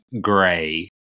gray